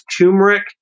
turmeric